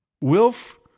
Wilf